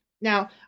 Now